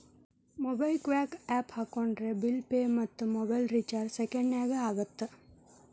MobiKwik app ಹಾಕೊಂಡ್ರೆ bill pay ಮತ್ತ mobile recharge ಸೆಕೆಂಡನ್ಯಾಗ ಆಗತ್ತ